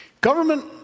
Government